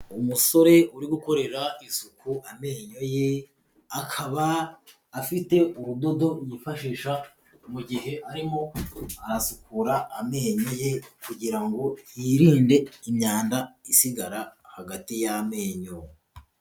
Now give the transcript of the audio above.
Umusore uri gukorera isuku amenyo ye, akaba afite urudodo yifashisha mu gihe arimo arasukura amenyo ye, kugira ngo yirinde imyanda isigara hagati y'amenyo.